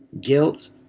Guilt